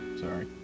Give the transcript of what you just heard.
Sorry